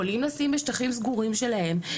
יכולים לשים בשטחים סגורים שלהם,